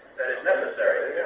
necessary.